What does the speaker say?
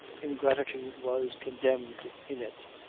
ingratitude was condemned in it,